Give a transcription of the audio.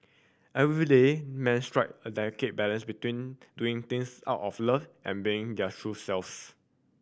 everyday men strike a delicate balance between doing things out of love and being their true selves